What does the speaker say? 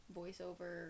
voiceover